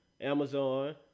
Amazon